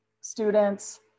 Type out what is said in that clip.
students